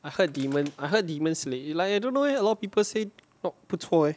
I heard demon I heard demon slay like I don't know leh a lot of people say not 不错 leh